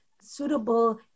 suitable